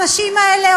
הנשים האלה,